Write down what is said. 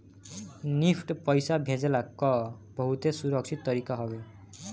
NEFT पईसा भेजला कअ बहुते सुरक्षित तरीका हवे